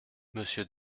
monsieur